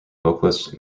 vocalist